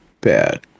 bad